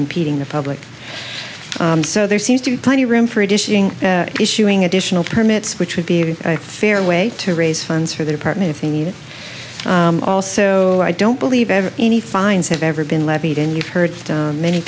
impeding the public so there seems to be plenty of room for dishing issuing additional permits which would be a fair way to raise funds for the department of the new also i don't believe ever any fines have ever been levied and you've heard many